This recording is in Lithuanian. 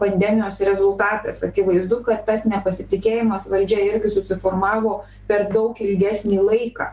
pandemijos rezultatas akivaizdu kad tas nepasitikėjimas valdžia irgi susiformavo per daug ilgesnį laiką